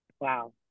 Wow